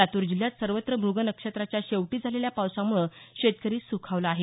लातूर जिल्ह्यात सर्वत्र म्रग नक्षत्राच्या शेवटी झालेल्या पावसाम्रळे शेतकरी सुखावला आहे